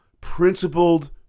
principled